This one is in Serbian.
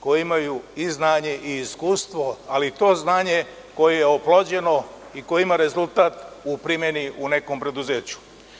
koji imaju i znanje i iskustvo, ali to znanje koje je oplođeno i koje ima rezultat u primeni u nekom preduzeću.